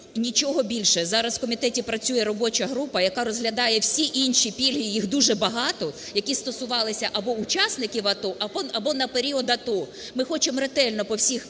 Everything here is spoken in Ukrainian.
нічого більше. Зараз у комітеті працює робоча група, яка розглядає всі інші пільги, їх дуже багато, які стосувалися або учасників АТО, або на період АТО. Ми хочемо ретельно по всіх